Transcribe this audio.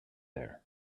there